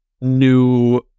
new